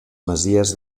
masies